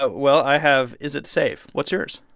ah well, i have, is it safe? what's yours?